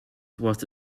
was